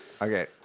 Okay